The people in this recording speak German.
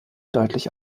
deutlich